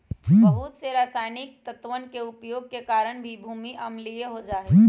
बहुत से रसायनिक तत्वन के उपयोग के कारण भी भूमि अम्लीय हो जाहई